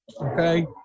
Okay